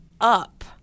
up